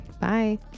Bye